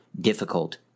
difficult